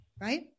right